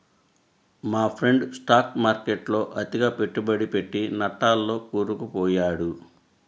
మా friend stock మార్కెట్టులో అతిగా పెట్టుబడి పెట్టి నట్టాల్లో కూరుకుపొయ్యాడు